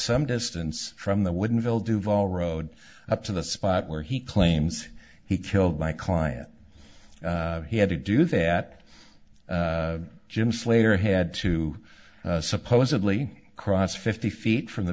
some distance from the wooden ville duvall road up to the spot where he claims he killed my client he had to do that jim slater had to supposedly cross fifty feet from the